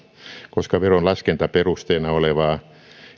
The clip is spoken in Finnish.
koska veron laskentaperusteena olevaa